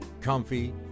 comfy